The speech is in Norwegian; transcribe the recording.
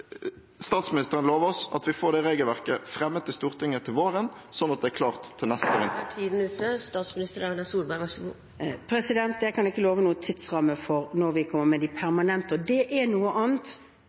statsministeren love oss at vi får det regelverket fremmet i Stortinget til våren, sånn at det er klart til neste år? Jeg kan ikke love noen tidsramme for når vi kommer med